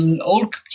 old